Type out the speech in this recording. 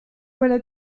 voilà